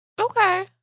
Okay